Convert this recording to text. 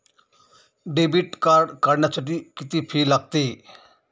Debit card काढण्यासाठी किती fee लागते?